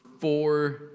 four